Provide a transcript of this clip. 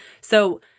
So-